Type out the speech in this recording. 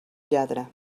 lladra